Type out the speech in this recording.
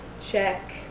check